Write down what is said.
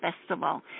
festival